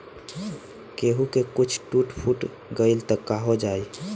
केहू के कुछ टूट फुट गईल त काहो जाई